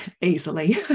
easily